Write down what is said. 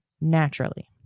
naturally